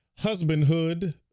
husbandhood